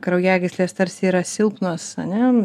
kraujagyslės tarsi yra silpnos a ne